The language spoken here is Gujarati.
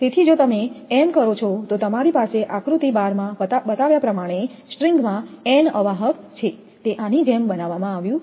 તેથી જો તમે એમ કરો છો તો તમારી પાસે આકૃતિ 12 માં બતાવ્યા પ્રમાણે સ્ટ્રિંગમાં n અવાહક છે તે આની જેમ બનાવવામાં આવ્યું છે